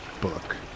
book